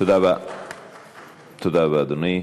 תודה רבה, אדוני.